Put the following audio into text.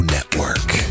Network